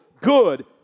good